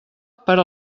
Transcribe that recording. per